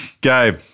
Gabe